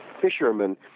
fishermen